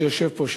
שיושב פה,